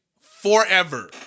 Forever